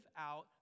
out